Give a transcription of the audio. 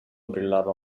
brillava